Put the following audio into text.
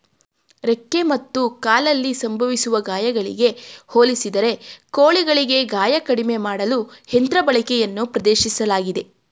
ರೆಕ್ಕೆ ಮತ್ತು ಕಾಲಲ್ಲಿ ಸಂಭವಿಸುವ ಗಾಯಗಳಿಗೆ ಹೋಲಿಸಿದರೆ ಕೋಳಿಗಳಿಗೆ ಗಾಯ ಕಡಿಮೆ ಮಾಡಲು ಯಂತ್ರ ಬಳಕೆಯನ್ನು ಪ್ರದರ್ಶಿಸಲಾಗಿದೆ